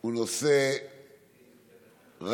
הוא נושא רב-מערכתי